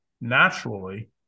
naturally